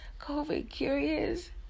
COVID-curious